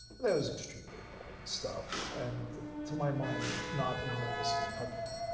that was extremely annoying stuff and, to my mind, not enormously helpful.